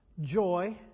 joy